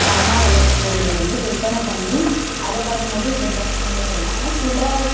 தரமாக வளர்த்த கோழிய வந்து விற்பனை பண்ணி அதை பண்ணுபோது எந்த பிரச்சனையுமே இல்லை ஆனால் சில